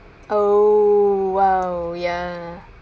oh !wow! ya